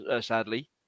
sadly